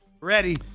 Ready